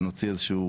ונוציא איזה שהיא